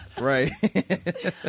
Right